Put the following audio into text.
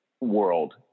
world